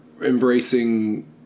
embracing